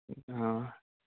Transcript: اَوا